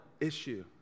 issue